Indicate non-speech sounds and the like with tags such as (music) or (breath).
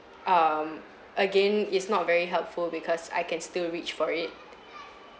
um again it's not very helpful because I can still reach for it (breath)